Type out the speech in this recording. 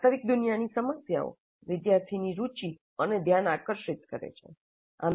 વાસ્તવિક દુનિયાની સમસ્યાઓ વિદ્યાર્થીની રુચિ અને ધ્યાન આકર્ષિત કરે છે